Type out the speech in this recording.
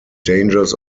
dangers